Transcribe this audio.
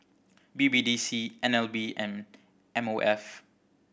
B B D C N L B and M O F